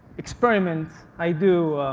experiment i do